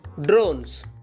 Drones